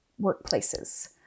workplaces